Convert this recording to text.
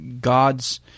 God's